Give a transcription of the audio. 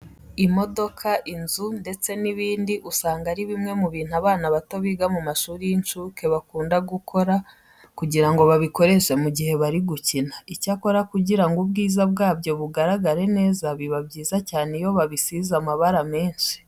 Imodoka, inzu ndetse n'ibindi usanga ari bimwe mu bintu abana bato biga mu mashuri y'incuke bakunda gukora kugira ngo babikoreshe mu gihe bari gukina. Icyakora kugira ngo ubwiza bwabyo bugaragare neza, biba byiza cyane iyo babisize amabara menshi.